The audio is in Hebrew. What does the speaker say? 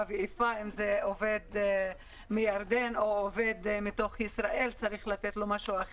ואיפה ועובד מירדן או עובד מישראל לא מקבלים את אותו דבר.